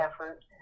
effort